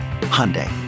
Hyundai